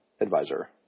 advisor